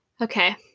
Okay